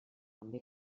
també